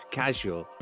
casual